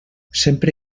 sempre